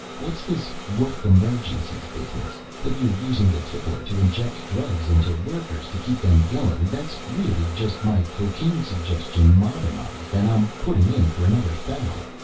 what's this work-emergencies business? if you're using the tickler to inject drugs into workers to keep them going, that's really just my cocaine suggestion modernized and i'm putting in for another thou.